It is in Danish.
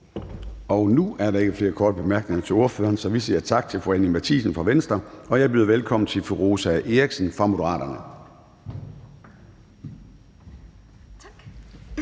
Nu er der ikke flere korte bemærkninger til ordføreren. Så vi siger tak til fru Anni Matthiesen fra Venstre, og jeg byder velkommen til fru Rosa Eriksen fra Moderaterne. Kl.